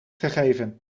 gegeven